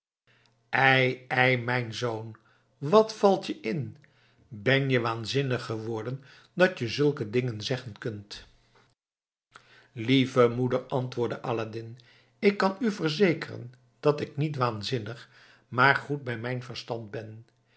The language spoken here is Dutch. ei ei mijn zoon wat valt je in ben je waanzinnig geworden dat je zulke dingen zeggen kunt lieve moeder antwoordde aladdin ik kan u verzekeren dat ik niet waanzinnig maar goed bij mijn verstand ben